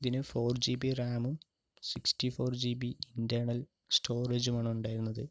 ഇതിനു four G B റാമും sixty four G B internal സ്റ്റോറേജുമാണ് ഉണ്ടായിരുന്നത്